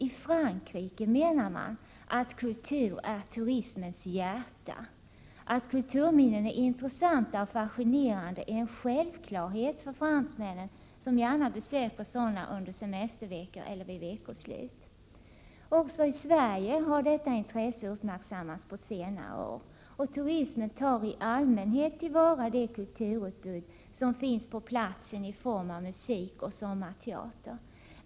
I Frankrike menar man att kultur är turismens hjärta. Att kulturminnen är intressanta och fascinerande är en självklarhet för fransmännen, som gärna besöker sådana under semesterveckor eller vid veckoslut. Också i Sverige har detta intresse uppmärksammats på senare år, och turismen tar i allmänhet till vara det kulturutbud som finns på platsen i form av musik och sommarteater.